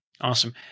Awesome